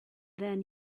then